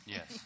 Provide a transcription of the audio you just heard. Yes